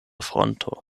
fronto